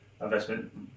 Investment